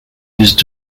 used